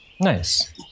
Nice